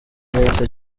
yahise